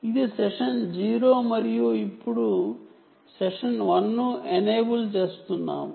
ఇది సెషన్ 0 మరియు ఇప్పుడు మనం సెషన్ 1 ను ఎనేబుల్ చేస్తున్నాము